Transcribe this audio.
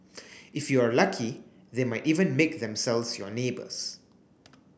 if you are lucky they might even make themselves your neighbours